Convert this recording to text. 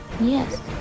Yes